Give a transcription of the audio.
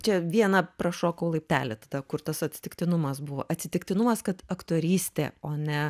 čia viena prašokau laiptelį tada kur tas atsitiktinumas buvo atsitiktinumas kad aktorystė o ne